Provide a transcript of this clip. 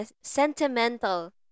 sentimental